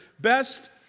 best